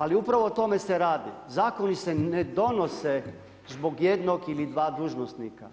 Ali upravo o tome se radi, zakoni se ne donose zbog jednog ili dva dužnosnika